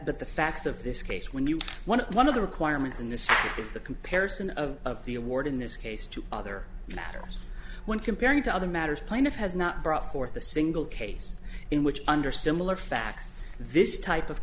but the facts of this case when you won one of the requirements in this is the comparison of the award in this case to other matters when comparing to other matters plaintiff has not brought forth a single case in which under similar facts this type of